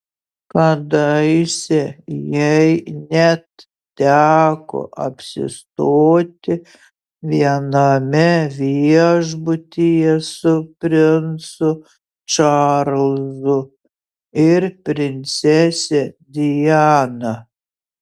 kadaise jai net teko apsistoti viename viešbutyje su princu čarlzu ir princese diana